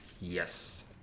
Yes